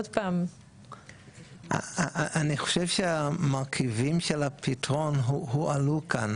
אני חושב שהמרכיבים של הפתרון הועלו כאן,